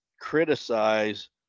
criticize